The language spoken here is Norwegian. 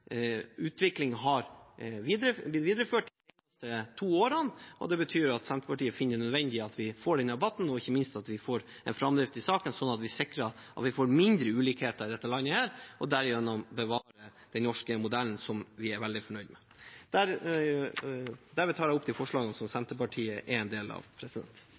vi får denne debatten, og ikke minst at vi får en framdrift i saken, slik at vi sikrer at vi får mindre ulikheter i dette landet og derigjennom bevarer den norske modellen, som vi er veldig fornøyd med. Jeg tar opp forslagene som Senterpartiet står bak alene. Da har representanten Willfred Nordlund tatt opp de forslagene som Senterpartiet står bak alene. Først vil jeg ta opp de forslagene i innstillingen som SV er